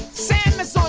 sam is so